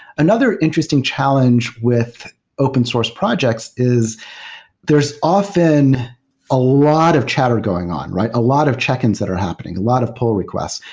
another interesting challenge with open source projects is there is often a lot of chatter going on, a lot of check-ins that are happening, a lot of pull requests,